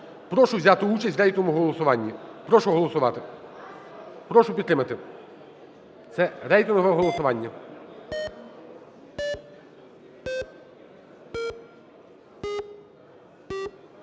Прошу взяти участь у рейтинговому голосуванні, прошу голосувати, прошу підтримати, це рейтингове голосування.